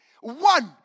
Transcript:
one